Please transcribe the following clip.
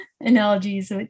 analogies